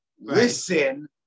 listen